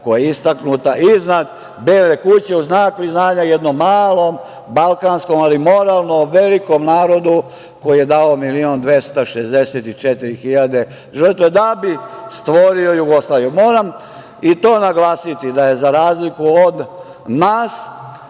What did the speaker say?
strane države, iznad Bele kuće, u znak priznanja jednom malom balkanskom, ali moralno velikom narodu koji je dao 1.264.000 žrtava da bi stvorio Jugoslaviju. Moram i to naglasiti da su za razliku od nas